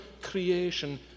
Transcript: creation